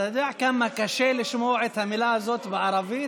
אתה יודע כמה קשה לשמוע את המילה הזאת בערבית?